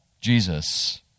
Jesus